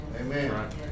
Amen